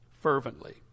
fervently